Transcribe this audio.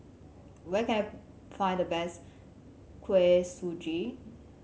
where can I find the best Kuih Suji